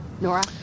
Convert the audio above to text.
Nora